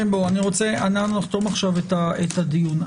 אנחנו נחתום עכשיו את הדיון.